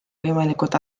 võimalikult